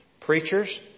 Preachers